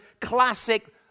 classic